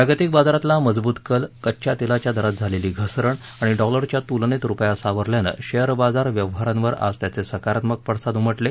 जागतिक बाजारातला मजबूत कल कच्च्या तेलाच्या दरात झालेली घसरण आणि डॉलरच्या तुलनेत रुपया सावरल्यानं शेअर बाजार व्यवहारांवर आज त्याचे सकारात्मक पडसाद उमटले